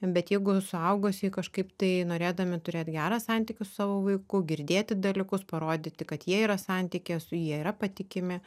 bet jeigu suaugusieji kažkaip tai norėdami turėt gerą santykį su savo vaiku girdėti dalykus parodyti kad jie yra santykyje su jie yra patikimi